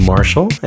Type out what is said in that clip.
Marshall